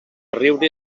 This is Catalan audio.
riure